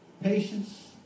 patience